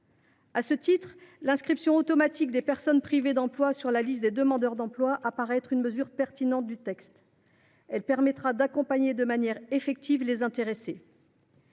À ce titre, l’inscription automatique des personnes privées d’emploi sur la liste des demandeurs d’emploi apparaît être une mesure pertinente du texte. Elle permettra d’accompagner de manière effective les intéressés.